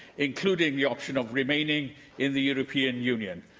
including the option of remaining in the european union.